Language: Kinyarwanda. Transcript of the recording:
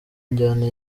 njyana